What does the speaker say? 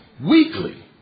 weekly